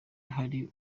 hari